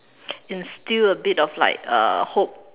instill a bit of like uh hope